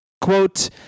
Quote